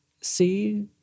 see